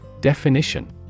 Definition